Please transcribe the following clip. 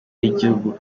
y’igihugu